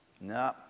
No